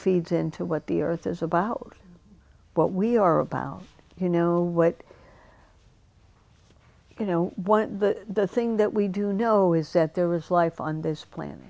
feeds into what the earth is about what we are about you know what you know what the thing that we do know is that there was life on this planet